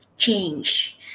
change